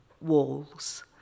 walls